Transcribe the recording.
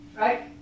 right